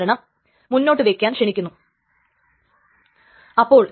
നമ്മൾക്ക് commit dependency എങ്ങനെ ഉപയോഗിക്കുന്നു എന്നു നോക്കാം